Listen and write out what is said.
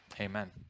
Amen